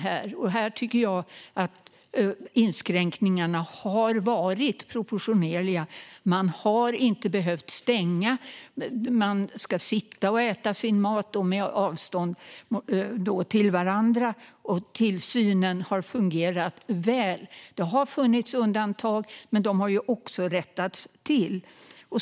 Här tycker jag att inskränkningarna har varit proportionerliga. Man har inte behövt stänga. Människor ska sitta ned och äta sin mat och med avstånd till varandra, och tillsynen har fungerat väl. Det har funnits undantag, men de har också rättats till.